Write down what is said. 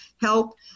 help